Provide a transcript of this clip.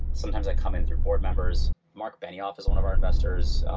sometimes i come in through board members. marc benioff is one of our investors.